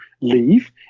leave